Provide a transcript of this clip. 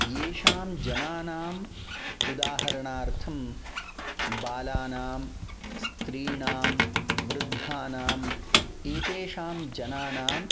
येषां जनानाम् उदाहरणार्थं बालानां स्त्रीणां वृद्धानाम् एतेषां जनानाम्